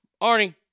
Arnie